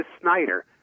Snyder